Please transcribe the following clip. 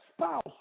spouse